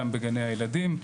גם בגני הילדים,